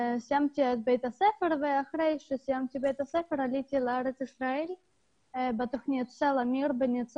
סיימתי את בית הספר ואחר כך עליתי לארץ ישראל בתוכנית בניצנה.